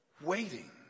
waiting